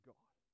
God